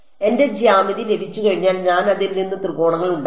എന്റെ ജ്യാമിതി ലഭിച്ചുകഴിഞ്ഞാൽ ഞാൻ അതിൽ നിന്ന് ത്രികോണങ്ങൾ ഉണ്ടാക്കി